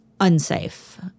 unsafe